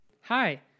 Hi